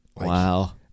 Wow